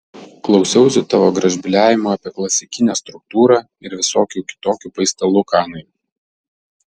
klausiausi tavo gražbyliavimų apie klasikinę struktūrą ir visokių kitokių paistalų kanai